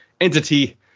entity